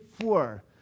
four